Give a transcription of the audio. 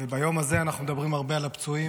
ביום הזה אנחנו מדברים הרבה על הפצועים,